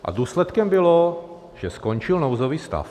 A důsledkem bylo, že skončil nouzový stav.